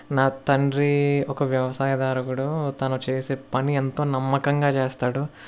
నా తండ్రి ఒక వ్యవసాయదారుడు తను చేసే పని ఎంతో నమ్మకంగా చేస్తాడు